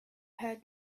heard